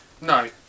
No